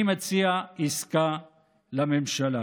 אני מציע עסקה לממשלה: